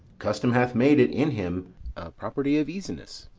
custom hath made it in him a property of easiness.